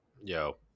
Yo